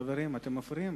חברים, אתם מפריעים.